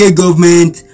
government